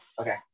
Okay